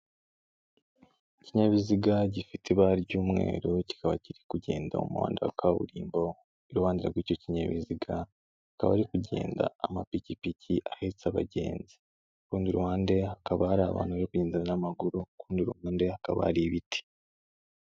Ikinyabiziga gifite ibara ry'umweru kikaba kiri kugenda mu muhanda wa kaburimbo, iruhande rw'icyo kinyabiziga hakaba hari kugenda amapikipiki ahetse abagenzi, ku rundi ruhande hakaba hari abantu bari kugenda n'amaguru, ku rundi ruhande hakaba hari ibiti.